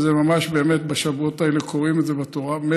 ממש בשבועות האלה קוראים את זה בתורה,